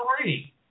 three